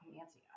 Nancy